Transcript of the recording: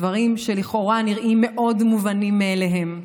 דברים שלכאורה נראים מאוד מובנים מאליהם.